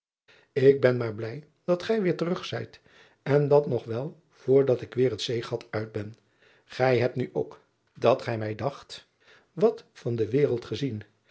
k ben maar blij dat gij weêr terug zijt en dat nog wel voor dat ik weêr het zeegat uit ben ij hebt nu ook dat gij mij slacht wat van de wereld gezien